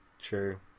True